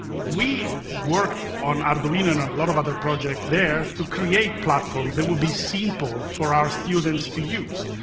we worked on arduino and and a lot of other projects there to create platforms that would be simple for our students to use,